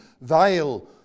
vile